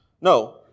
No